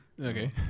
okay